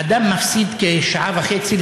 אדם מפסיד כשעה וחצי,